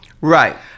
Right